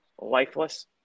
lifeless